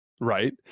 right